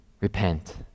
repent